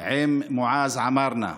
עם מועאז עמארנה,